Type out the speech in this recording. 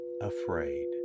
afraid